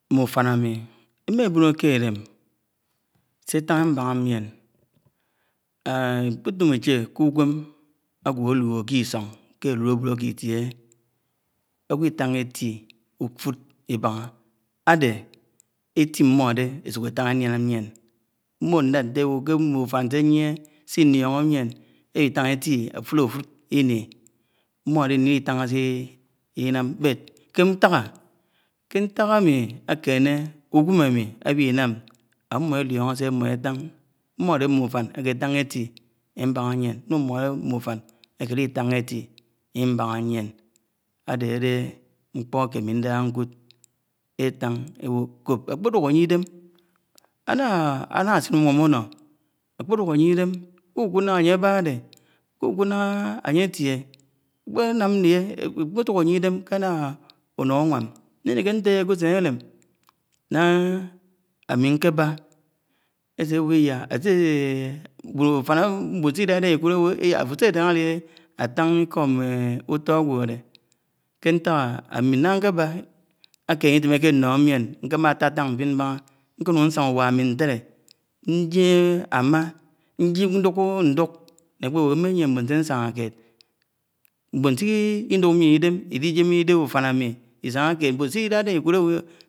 ̃́́ḿmé Úfan ámi̱ émabo̱no̱ kẽ élem setán ébaha ḿien. ek̃petum éche k̃e úgwem̃, ágwo áluhó ḱe ísong ḱe álo̱lo̱bód áki Itiéhé, ágwo Itanhá étti àfud Ibáhá áde eti ḿmode ésuk étan éliańa m̃men, mwo̱ho̱ nĺad ńte áwo̱ ke ḿmo̱ úfán śe ńyie Sé inio̱ho̱ m̃ien élitán éti áfud áfúd, iní mmod̄e áliw̄i Eanh́a sé ińam. nam ké ntak ãmi aḱené uǵweḿ ámi áwiñam am̄mo élio̱nó̱ sé aḿmo étán. m̃mọdẽ. mm̃e úfań ake ētahá étti, ébaha ýien n̄un mm̄ode m̄me úfan ékeli it́anh́a éti. ib́anha yien, ádedee n̄kpo̱ áke ámi ndáhá. ńkud étan éwo ko̱p ekpéduk ánye ídem ánna ásin uwam úno, akpéduk anye id́em, ḱukúd nnaha ánýe abadé, kũkud náhá ánye átie, akpeduk ánye, idem kena uno̱ ũwam. ñnẽnẽkẽ ñtẽyẽ ke ũseṉ elém, ńah́a ámí ńkeb́a. esewọ iýa ase śaha s̃ahálie átan íko̱ ḿmé ūto agwo̱ de? ke ñtãk? ãmmi naha keba akene item akeno̱ho̱ mien mma tatam nfin mbaha, nkenun nsaha uwa ami ntele, Nj́eme áma, ñduko̱ ñduk̃, ek̃péwo mimé yiehe m̃boṉ sé ñsahá kẽd, mbo̱n sé iduk yien idem. llidẽm ĩde úfan ámi iśahá kẽd